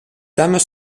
dames